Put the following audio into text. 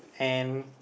and